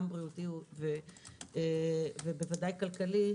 גם בריאותי ובוודאי כלכלי,